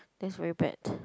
that's very bad